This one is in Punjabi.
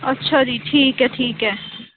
ਅੱਛਾ ਜੀ ਠੀਕ ਹੈ ਠੀਕ ਹੈ